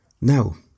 Now